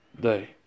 day